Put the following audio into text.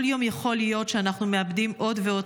כל יום יכול להיות שאנחנו מאבדים עוד ועוד